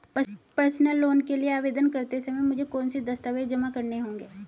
Personal loan के लिए आवेदन करते समय मुझे कौन से दस्तावेज़ जमा करने होंगे?